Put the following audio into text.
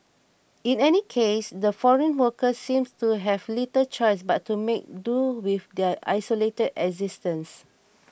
in any case the foreign workers seem to have little choice but to make do with their isolated existence